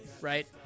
Right